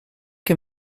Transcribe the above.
que